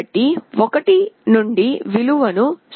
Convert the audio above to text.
కాబట్టి 1 నుండి విలువ 0